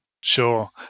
Sure